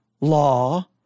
law